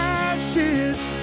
ashes